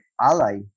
Ally